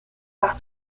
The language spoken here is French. par